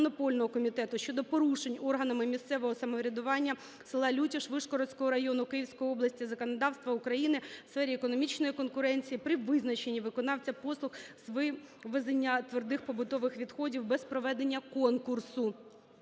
щодо порушень органами місцевого самоврядування села Лютіж Вишгородського району Київської області законодавства України в сфері економічної конкуренції при визначені виконавця послуг з вивезення твердих побутових відходів без проведення конкурсу.